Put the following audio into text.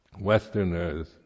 Westerners